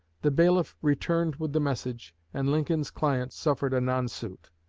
the bailiff returned with the message, and lincoln's client suffered a non-suit.